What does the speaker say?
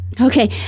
Okay